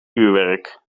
uurwerk